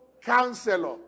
counselor